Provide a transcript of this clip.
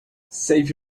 save